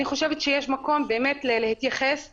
אני חושבת שיש מקום באמת להתייחס אליהם,